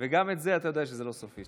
יודע שזה לא סופי,